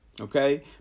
Okay